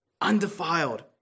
undefiled